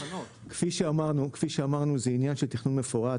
כפי שאמרנו, זה עניין של תכנון מפורט.